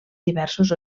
diversos